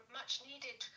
much-needed